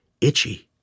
itchy